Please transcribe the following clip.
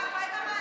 מה עם המענקים?